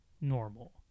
normal